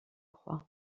croix